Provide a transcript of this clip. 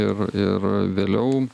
ir ir vėliau